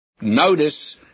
Notice